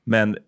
Men